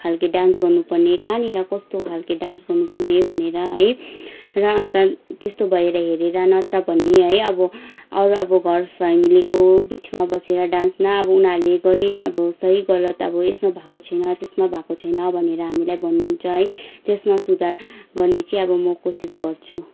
खालके डान्स गर्नुपर्ने कहाँनिर कस्तो खालके डान्स गर्नुपर्ने भनेर है र अन्त त्यस्तो भएर हेरेर नत्र भने है अब अरू अब घर फ्यामिलीको बिचमा बसेर डान्स न अब उनीहरूले गरी अब सही गलत अब यसमा भएको छैन त्यसमा भएको छैन भनेर हामीलाई भन्नुहुन्छ है त्यसमा सुधार गर्ने चाहिँ अब म कोसिस गर्छु